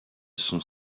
son